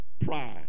Pride